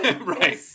right